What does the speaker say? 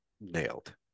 nailed